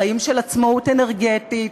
חיים של עצמאות אנרגטית,